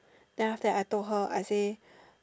then after that I told her I say